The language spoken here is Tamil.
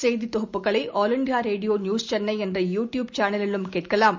செய்தி தொகுப்புகளை all India radio news Chennai என்ற யு டியூப் சேனலிலும் அறிந்து கொள்ளலாம்